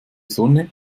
sonne